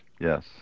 Yes